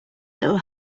little